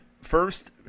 first